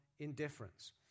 indifference